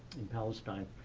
in palestine.